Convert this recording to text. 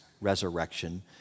resurrection